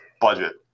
budget